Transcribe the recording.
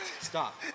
Stop